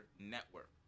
network